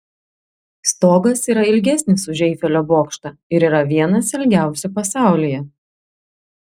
stogas yra ilgesnis už eifelio bokštą ir yra vienas ilgiausių pasaulyje